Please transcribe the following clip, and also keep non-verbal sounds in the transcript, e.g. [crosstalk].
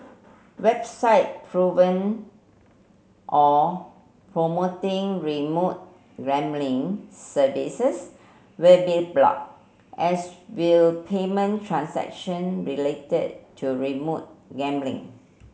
website [unintelligible] or promoting remote gambling services will be blocked as will payment transaction related to remote gambling